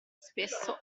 spesso